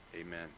Amen